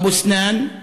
אבו-סנאן,